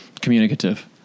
communicative